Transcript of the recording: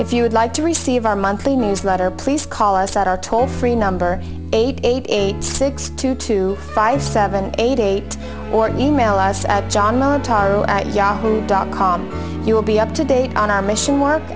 if you'd like to receive our monthly newsletter please call us at our toll free number eight eight eight six two two five seven eight eight morning mail us at john non tonal at yahoo dot com you will be up to date on our mission work